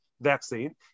vaccine